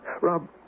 Rob